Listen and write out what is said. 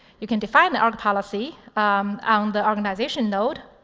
you can define the org policy on the organization node.